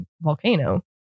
volcano